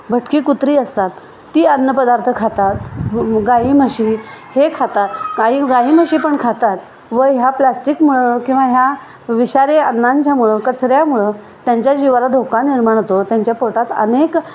भटकी कुत्री असतात ती अन्नपदार्थ खातात गाई म्हशी हे खातात गाई गाई म्हशी पण खातात व ह्या प्लास्टिकमुळं किंवा ह्या विषारी अन्नामुळे कचऱ्यामुळं त्यांच्या जिवाला धोका निर्माण होतो त्यांच्या पोटात अनेक